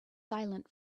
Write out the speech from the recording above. silent